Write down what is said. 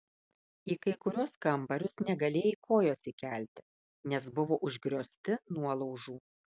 į kai kuriuos kambarius negalėjai kojos įkelti nes buvo užgriozti nuolaužų